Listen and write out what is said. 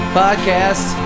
podcast